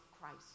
Christ